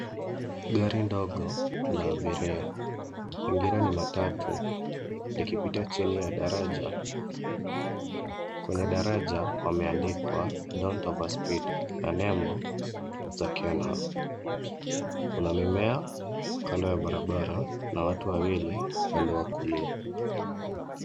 Gari ndogo la abiria pengine ni matatu, likipita chìi ya daraja. Kwenye daraja pameandikwa Don't overspeed na nembo za Kenha. Kuna mimea kando ya barabara, na watu wawili upande wa kulia.